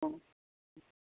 অঁ